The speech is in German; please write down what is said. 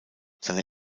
seine